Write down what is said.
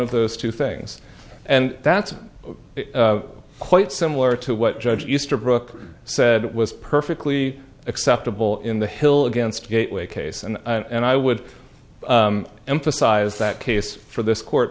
of those two things and that's quite similar to what judge easterbrook said was perfectly acceptable in the hill against gateway case and i would emphasize that case for this court